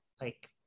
Like-